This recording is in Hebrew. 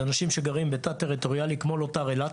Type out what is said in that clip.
זה אנשים שגרים בתא טריטוריאלי, כמו לוט"ר אילת,